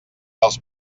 els